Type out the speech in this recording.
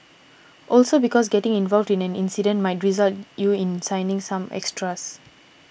also because getting involved in an incident might result you in signing some extras